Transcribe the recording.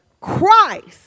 Christ